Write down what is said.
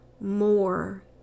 more